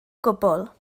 gwbl